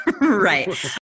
Right